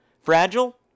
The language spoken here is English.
Fragile